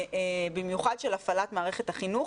במיוחד של הפעלת מערכת החינוך,